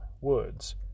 woods